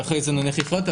ואחרי זה נניח החלטת,